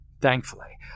Thankfully